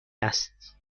است